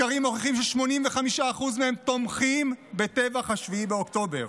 הסקרים מוכיחים ש-85% מהם תומכים בטבח 7 באוקטובר.